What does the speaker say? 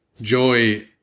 joy